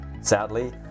Sadly